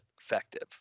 effective